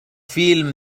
فيلم